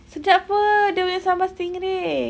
sedap apa dia punya sambal stingray